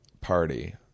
party